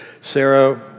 Sarah